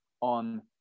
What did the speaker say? on